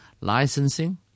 licensing